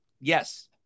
Yes